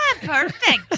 Perfect